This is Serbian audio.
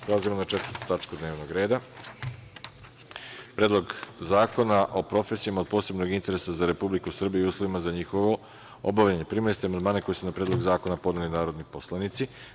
Prelazimo na 4. tačku dnevnog reda – PREDLOG ZAKONA O PROFESIJAMA OD POSEBNOG INTERESA ZA REPUBLIKU SRBIJU I USLOVIMA ZA NJIHOVO OBAVLJANJE Primili ste amandmane koje su na Predlog zakona podneli narodni poslanici.